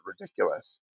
ridiculous